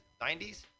90s